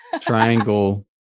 triangle